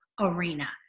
arena